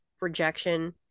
rejection